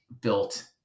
built